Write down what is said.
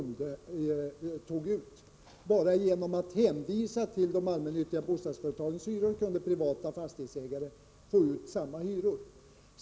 Bara genom att hänvisa till de allmännyttiga bostadsföretagen kunde privata fastighetsägare ta ut samma hyror.